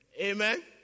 Amen